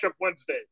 Wednesday